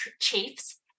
chiefs